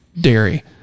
dairy